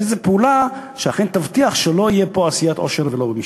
איזו פעולה שאכן תבטיח שלא תהיה פה עשיית עושר ולא במשפט.